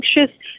anxious